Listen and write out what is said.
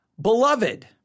Beloved